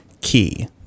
key